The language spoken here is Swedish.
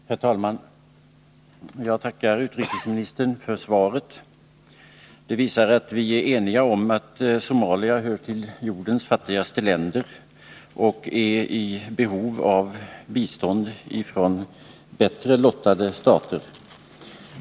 Herr talman! Jag tackar utrikesministern för svaret. Det visar att vi är eniga om att Somalia hör till jordens fattigaste länder och är i behov av bistånd från bättre lottade stater.